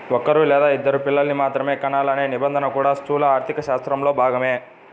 ఒక్కరూ లేదా ఇద్దరు పిల్లల్ని మాత్రమే కనాలనే నిబంధన కూడా స్థూల ఆర్థికశాస్త్రంలో భాగమే